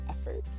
effort